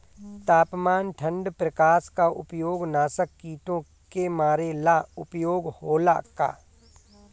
तापमान ठण्ड प्रकास का उपयोग नाशक कीटो के मारे ला उपयोग होला का?